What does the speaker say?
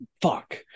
Fuck